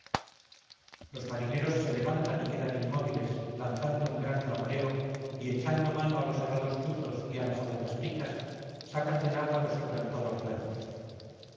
los marineros se levantan y quedan inmóviles lanzando un gran clamoreo y echando mano a los herrados chuzos y las agudas picas sacan del agua los quebrantados remos